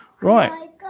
Right